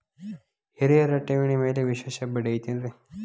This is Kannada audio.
ಹಿರಿಯರ ಠೇವಣಿ ಮ್ಯಾಲೆ ವಿಶೇಷ ಬಡ್ಡಿ ಐತೇನ್ರಿ?